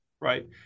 right